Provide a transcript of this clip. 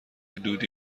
دودی